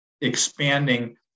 expanding